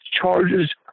charges